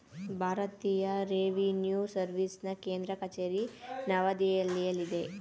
ಭಾರತೀಯ ರೆವಿನ್ಯೂ ಸರ್ವಿಸ್ನ ಕೇಂದ್ರ ಕಚೇರಿ ನವದೆಹಲಿಯಲ್ಲಿದೆ